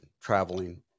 traveling